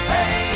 Hey